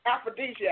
aphrodisiac